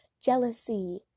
jealousy